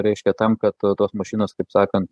reiškia tam kad tos mašinos kaip sakant